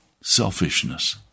selfishness